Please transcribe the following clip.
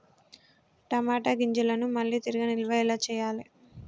టమాట గింజలను మళ్ళీ తిరిగి నిల్వ ఎలా చేయాలి?